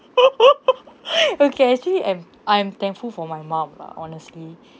okay actually I'm I'm thankful for my mum lah honestly